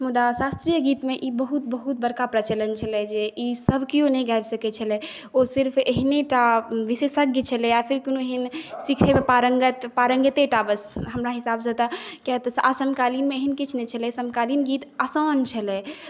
मुदा शास्त्रीय गीतमे ई बहुत बहुत बड़का प्रचलन छलै जे ई सबकिओ नहि गाबि सकै छलै ओ सिर्फ एहनेटा विशेषज्ञ छलै या फेर कोनो एहन सिखैमे पारङ्गतेटा बस हमरा हिसाबसँ तऽ किएक तऽ समकालीनमे एहन किछु नहि छलै समकालीन गीत आसान छलै